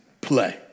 play